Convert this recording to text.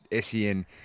SEN